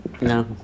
no